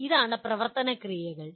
ഇതാണ് പ്രവർത്തന ക്രിയകൾ